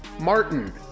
Martin